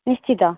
ନିଶ୍ଚିତ